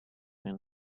and